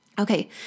Okay